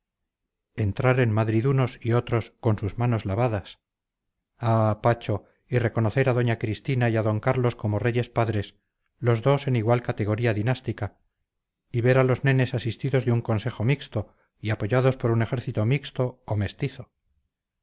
entrar en madrid unos y otros con sus manos lavadas ah pacho y reconocer a doña cristina y a d carlos comoreyes padres los dos en igual categoría dinástica y ver a los nenes asistidos de un consejo mixto y apoyados por un ejército mixto o mestizo